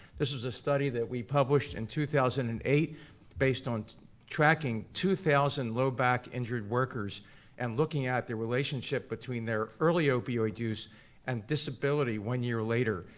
this was a study that we published in and two thousand and eight based on tracking two thousand low back injury workers and looking at their relationship between their early opioid use and disability one year later.